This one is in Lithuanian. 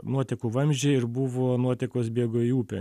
nuotekų vamzdžiai ir buvo nuotekos bėgo į upę